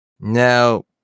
Now